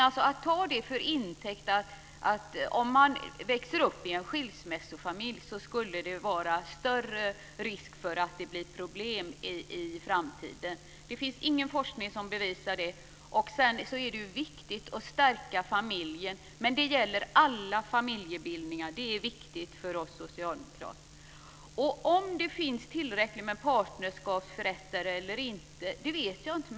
Men vi kan inte ta det till intäkt för att säga att om barn växer upp i en skilsmässofamilj finns en större risk för att det blir problem i framtiden. Det finns ingen forskning som bevisar det. Det är viktigt att stärka familjen. Men det gäller alla familjebildningar. Det är viktigt för oss socialdemokrater. Jag vet inte om det finns tillräckligt med partnerskapsförrättare eller inte.